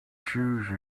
choose